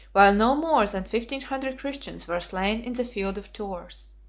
while no more than fifteen hundred christians were slain in the field of tours.